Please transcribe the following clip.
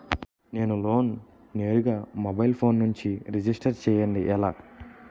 నేను లోన్ నేరుగా mobile phone నుంచి రిజిస్టర్ చేయండి ఎలా?